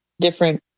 different